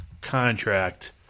contract